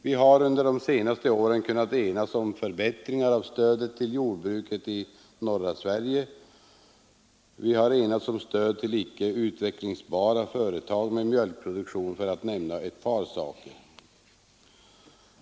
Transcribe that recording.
Vi har under de senaste åren kunnat enas om förbättringar av stödet till jordbruket i norra Sverige, och vi har enats om stödet till icke utvecklingsbara företag med mjölkproduktion — för att nämna ett par saker.